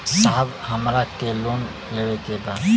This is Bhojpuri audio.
साहब हमरा के लोन लेवे के बा